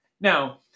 now